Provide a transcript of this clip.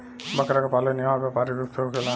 बकरा के पालन इहवा व्यापारिक रूप से होखेला